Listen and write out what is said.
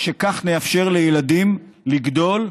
שכך נאפשר לילדים לגדול,